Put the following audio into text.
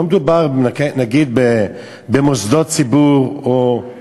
לא מדובר, נגיד, במוסדות ציבור, או,